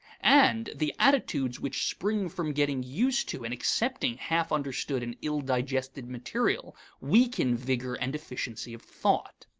and the attitudes which spring from getting used to and accepting half-understood and ill-digested material weaken vigor and efficiency of thought.